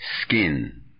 Skin